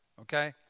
okay